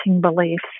beliefs